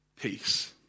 peace